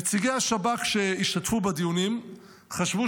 נציגי שב"כ שהשתתפו בדיונים חשבו,